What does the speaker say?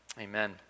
Amen